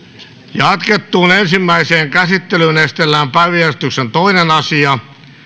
jatkettuun ensimmäiseen käsittelyyn esitellään päiväjärjestyksen toinen asia